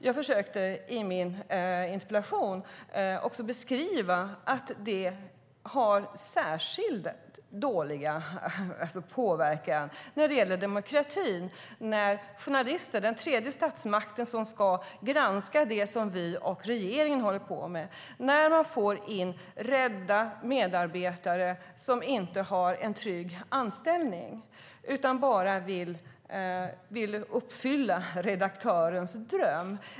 Jag försökte i min interpellation beskriva att det har särskilt dålig påverkan när det gäller demokrati när journalister - den tredje statsmakten, som ska granska det som vi och regeringen håller på med - blir rädda medarbetare som inte har en trygg anställning utan bara vill uppfylla redaktörens dröm.